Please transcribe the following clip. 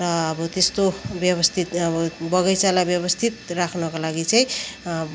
र अब त्यस्तो व्यवस्थित अब बगैँचालाई व्यवस्थित राख्नको लागि चाहिँ